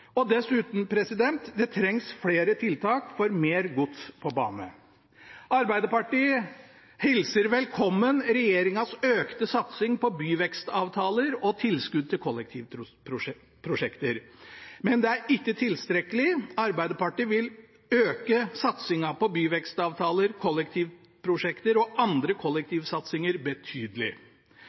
Dessuten trengs det flere tiltak for mer gods på bane. Arbeiderpartiet hilser velkommen regjeringens økte satsing på byvekstavtaler og tilskudd til kollektivprosjekter, men det er ikke tilstrekkelig. Arbeiderpartiet vil øke satsingen på byvekstavtaler, kollektivprosjekter og andre kollektivsatsinger betydelig.